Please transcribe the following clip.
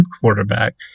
quarterback